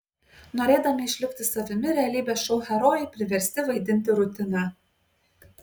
norėdami išlikti savimi realybės šou herojai priversti vaidinti rutiną